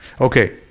Okay